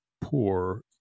poor